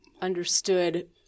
understood